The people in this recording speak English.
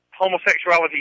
homosexuality